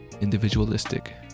individualistic